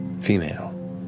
female